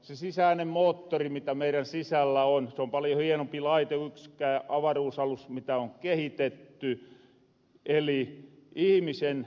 se sisäinen moottori mitä meirän sisällä on se on paljon hienompi laite ku ykskään avaruusalus mitä on kehitetty eli ihmisen hyvinvointi